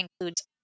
includes